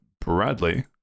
Bradley